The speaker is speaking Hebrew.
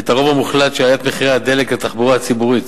את הרוב המוחלט של העלאת מחירי הדלק לתחבורה הציבורית,